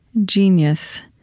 genius,